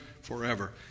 forever